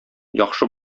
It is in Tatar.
яхшы